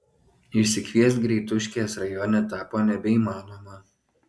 išsikviest greituškės rajone tapo nebeįmanoma